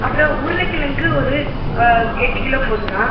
அப்புறம் உருளைக்கிழங்கு ஒரு எட்டு கிலோ போதும்ண்ணா